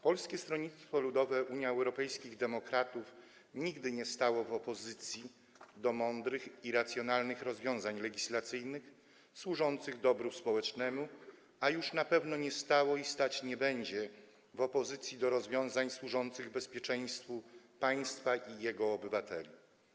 Polskie Stronnictwo Ludowe - Unia Europejskich Demokratów nigdy nie stało w opozycji do mądrych i racjonalnych rozwiązań legislacyjnych służących dobru społecznemu, a już na pewno nie stało i stać nie będzie w opozycji do rozwiązań służących bezpieczeństwu państwa i jego obywateli.